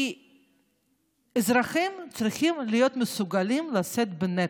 כי אזרחים צריכים להיות מסוגלים לשאת בנטל.